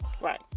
right